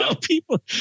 people